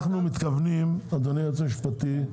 אדוני היועץ המשפטי,